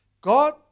God